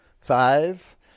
Five